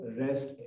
rest